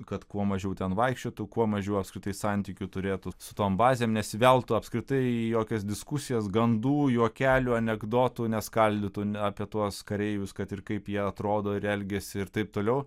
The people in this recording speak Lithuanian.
kad kuo mažiau ten vaikščiotų kuo mažiau apskritai santykių turėtų su tom bazėms nesiveltų apskritai į jokias diskusijas gandų juokelių anekdotų neskaldytų apie tuos kareivius kad ir kaip jie atrodo ir elgiasi ir taip toliau